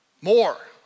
more